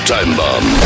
Timebomb